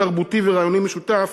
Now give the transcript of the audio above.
תרבותי ורעיוני משותף,